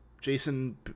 Jason